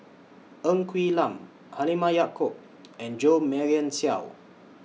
Ng Quee Lam Halimah Yacob and Jo Marion Seow